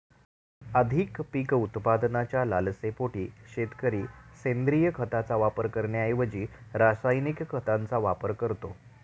अधिक पीक उत्पादनाच्या लालसेपोटी शेतकरी सेंद्रिय खताचा वापर करण्याऐवजी रासायनिक खतांचा वापर करतो